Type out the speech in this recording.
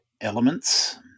elements